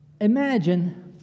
Imagine